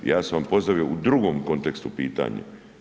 Ja sam vam postavio u drugom kontekstu pitanje.